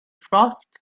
frost